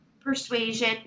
persuasion